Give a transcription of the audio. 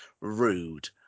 rude